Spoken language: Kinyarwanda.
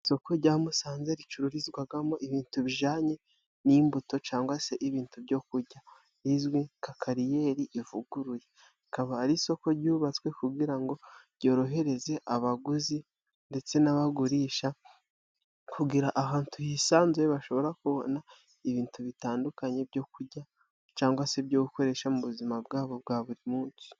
Isoko rya Musanze ricururizwagamo ibitu bijyanye n'imbuto cyangwa se ibitu byo kurya, rizwi nka kariyeri ivuguruye. Rikaba ari isoko ryubatswe kugira ngo ryorohereze abaguzi ndetse n'abagurisha, kugira ahantu hisanzuye bashobora kubona ibitu bitandukanye byo kurya, cyangwa se ibyo gukoresha mu buzima bwabo bwa buri munsi.